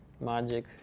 Magic